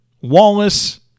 Wallace